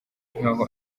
nkaho